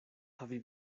havi